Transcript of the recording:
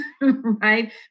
right